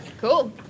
Cool